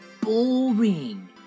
boring